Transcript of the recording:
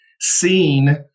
seen